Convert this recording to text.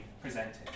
presented